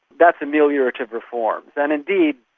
that's ameliorative reforms. and indeed,